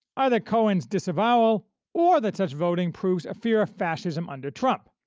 either cowen's disavowal or that such voting proves a fear of fascism under trump.